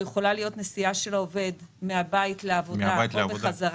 זו יכולה להיות נסיעה של העובד מן הבית לעבודה או בחזרה,